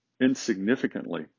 insignificantly